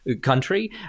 country